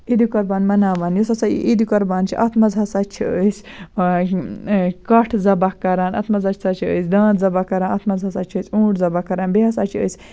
عیٖدِ قربان مناوان یُس ہسا یہِ عیٖدِقربان چھِ اَتھ منٛز ہَسا چھِ أسۍ کَٹھ ذَبح کران اَتھ منٛز ہسا چھِ أسۍ دانٛد ذَبح کران اَتھ منٛز ہسا چھِ أسۍ اوٗنٹ ذَبح کران بیٚیہِ ہسا چھِ أسۍ